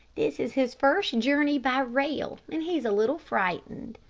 this is his first journey by rail, and he's a little frightened.